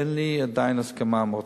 אין לי עדיין הסכמה עם האוצר,